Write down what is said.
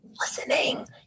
listening